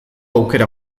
aukera